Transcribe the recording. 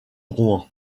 rouen